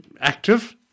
active